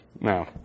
No